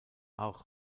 auch